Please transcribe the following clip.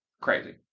Crazy